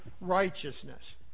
righteousness